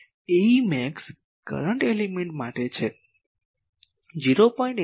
Ae max current element માટે છે 0